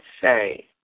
say